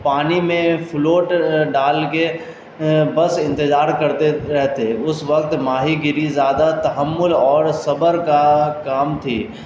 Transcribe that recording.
پانی میں فلوٹ ڈال کے بس انتظار کرتے رہتے اس وقت ماہی گیری زیادہ تحمل اور صبر کا کام تھی